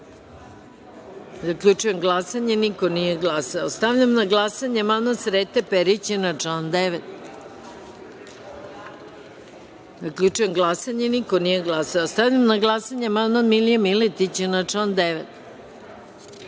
5.Zaključujem glasanje: niko nije glasao. Stavljam na glasanje amandman Srete Perića na član 9.Zaključujem glasanje: niko nije glasao. Stavljam na glasanje amandman Milije Miletića na član